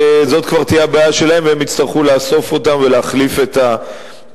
זאת כבר תהיה הבעיה שלהם והם יצטרכו לאסוף אותם ולהחליף את התוויות.